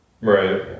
right